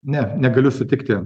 ne negaliu sutikti